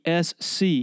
SC